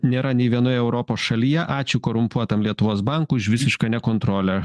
nėra nei vienoje europos šalyje ačiū korumpuotam lietuvos bankui už visišką nekontrolę